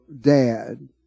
dad